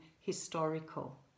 historical